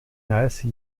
neiße